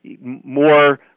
more